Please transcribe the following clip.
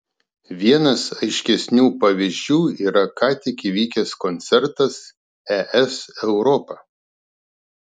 vienas aiškesnių pavyzdžių yra ką tik įvykęs koncertas es europa